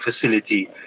facility